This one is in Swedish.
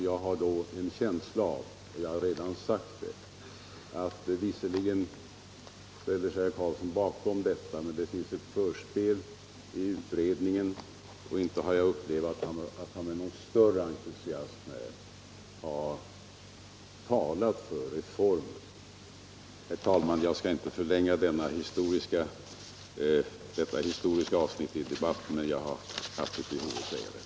Visserligen ställer sig herr Carlsson bakom detta förslag, men det finns ett förspel i utredningen, och inte har jag upplevt det som att han med någon större entusiasm har talat för den här reformen. Jag skall inte förlänga det historiska avsnittet i debatten, men jag har haft ett behov av att säga detta.